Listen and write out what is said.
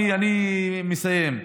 אני מסיים.